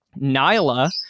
Nyla